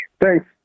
Thanks